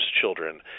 children